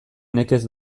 nekez